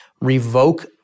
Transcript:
revoke